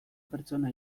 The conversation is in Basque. pertsona